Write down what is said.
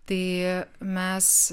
tai mes